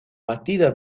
batida